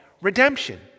redemption